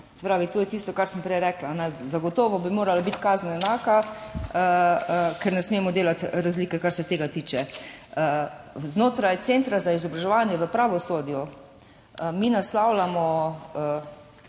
kazen. To je tisto, kar sem prej rekla. Zagotovo bi morala biti kazen enaka, ker ne smemo delati razlike, kar se tega tiče. Znotraj Centra za izobraževanje v pravosodju mi naslavljamo